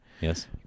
Yes